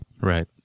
Right